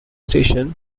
station